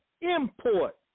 import